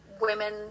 women